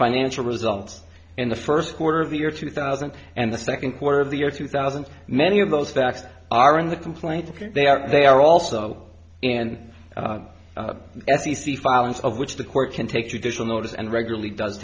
financial results in the first quarter of the year two thousand and the second quarter of the year two thousand many of those facts are in the complaint because they are they are also and the f e c filings of which the court can take judicial notice and regularly d